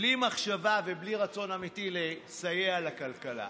בלי מחשבה ובלי רצון אמיתי לסייע לכלכלה.